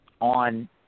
On